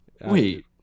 Wait